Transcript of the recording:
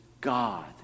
God